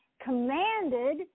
commanded